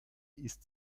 ist